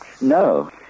No